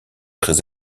très